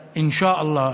אינשאללה,